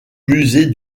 musée